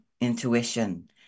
intuition